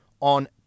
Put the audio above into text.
on